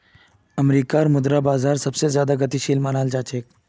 अमरीकार मुद्रा बाजार सबसे ज्यादा गतिशील मनाल जा छे